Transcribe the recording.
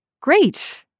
Great